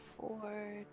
Four